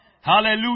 Hallelujah